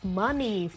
money